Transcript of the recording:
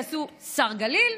יעשו שר גליל,